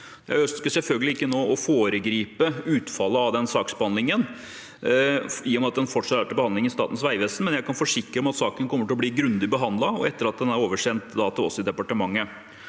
Jeg ønsker selvfølgelig ikke nå å foregripe utfallet av den saksbehandlingen, i og med at den fortsatt er til behandling i Statens vegvesen, men jeg kan forsikre om at saken kommer til å bli grundig behandlet etter at den er oversendt til oss i departementet.